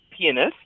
pianist